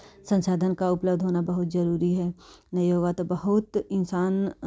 संसाधन का उपलब्ध होना बहुत ज़रूरी है नहीं होगा तो बहुत इंसान